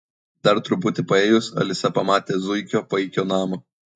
dar truputį paėjusi alisa pamatė zuikio paikio namą